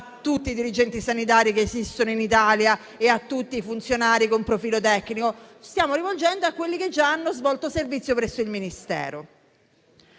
tutti i dirigenti sanitari che esistono in Italia e a tutti i funzionari con profilo tecnico. Ci stiamo rivolgendo a quelli che già hanno svolto servizio presso il Ministero.